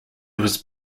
was